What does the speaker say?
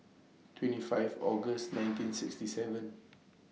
twenty five August nineteen sixty seven